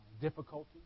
difficulties